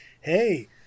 hey